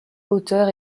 auteur